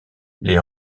les